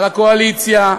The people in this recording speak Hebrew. על הקואליציה,